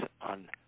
on